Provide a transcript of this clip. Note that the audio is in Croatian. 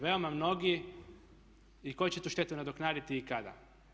Veoma mnogi i tko će tu štetu nadoknaditi i kada?